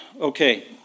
Okay